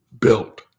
built